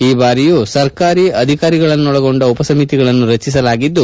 ಈ ಬಾರಿಯೂ ಸರ್ಕಾರಿ ಅಧಿಕಾರಿಗಳನ್ನೊಳಗೊಂಡ ಉಪಸಮಿತಿಗಳನ್ನು ರಚಿಸಲಾಗಿದ್ದು